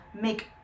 make